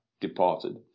departed